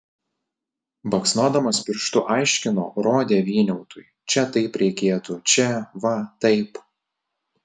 baksnodamas pirštu aiškino rodė vyniautui čia taip reikėtų čia va taip